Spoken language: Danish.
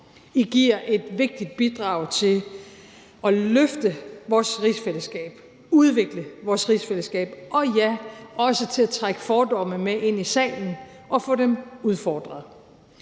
I giver et vigtigt bidrag til at løfte vores rigsfællesskab, udvikle vores rigsfællesskab og ja, også til at trække fordomme med ind i salen og få dem udfordret.